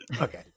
Okay